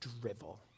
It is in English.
drivel